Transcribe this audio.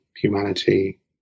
humanity